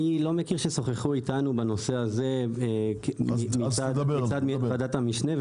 אני לא מכיר ששוחחו איתנו בנושא הזה מצד ועדת המשנה,